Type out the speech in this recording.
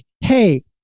Hey